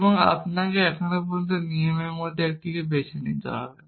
এবং আপনাকে এখন এই নিয়মগুলির মধ্যে একটি বেছে নিতে হবে